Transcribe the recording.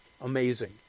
Amazing